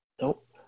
Nope